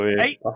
Eight